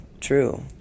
True